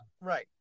right